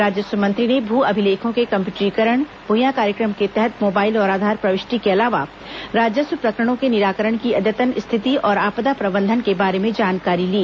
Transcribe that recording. राजस्व मंत्री ने भू अभिलेखों के कम्प्यूटरीकरण भुईया कार्यक्रम के तहत मोबाइल और आधार प्रविष्टि के अलावा राजस्व प्रकरणों के निराकरण की अद्यतन स्थिति और आपदा प्रबंधन के बारे में जानकारी ली